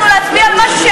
תודה.